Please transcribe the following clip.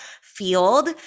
field